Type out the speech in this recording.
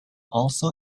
also